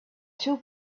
two